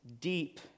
deep